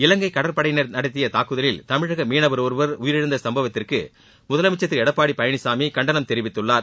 இவங்கை கடற்படையினர் நடத்திய தாக்குதலில் தமிழக மீளவர் ஒருவர் உயிரிழந்த சும்பவத்திற்கு முதலமைச்சர் திரு எடப்பாடி பழனிசாமி கண்டனம் தெரிவித்துள்ளார்